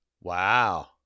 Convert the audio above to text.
Wow